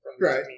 Right